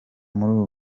muri